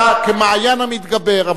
אתה כמעיין המתגבר.